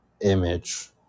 image